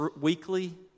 weekly